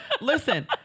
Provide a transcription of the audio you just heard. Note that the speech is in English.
Listen